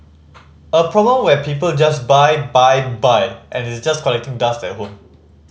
a problem where people just buy buy buy and it's just collecting dust at home